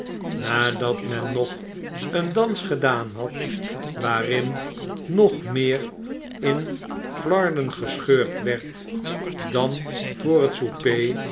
nadat men nog een dans gedaan had waarin nog meer in flarden gescheurd werd dan voor het